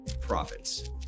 Profits